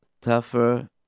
tougher